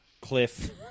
Cliff